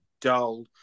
dull